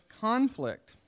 conflict